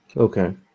Okay